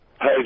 Hey